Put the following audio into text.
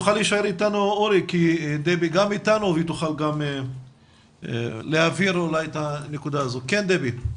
כמה דברים ונשמח להתייחסותך, דבי.